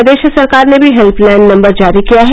प्रदेश सरकार ने भी हेल्पलाइन नम्बर जारी किया है